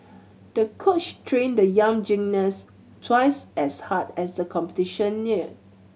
the coach trained the young gymnast twice as hard as the competition near